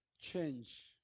change